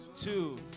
two